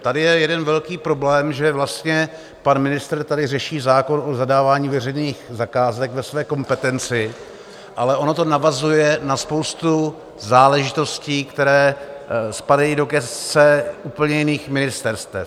Tady je jeden velký problém, že vlastně pan ministr tady řeší zákon o zadávání veřejných zakázek ve své kompetenci, ale ono to navazuje na spoustu záležitostí, které spadají do gesce úplně jiných ministerstev.